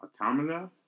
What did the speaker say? Automata